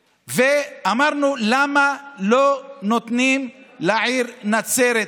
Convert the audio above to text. ואמרנו: למה לא נותנים לעיר נצרת,